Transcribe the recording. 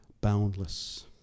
boundless